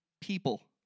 people